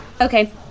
okay